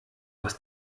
aus